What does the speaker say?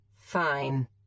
Fine